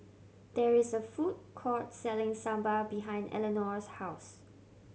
there is a food court selling Sambar behind Eleonore's house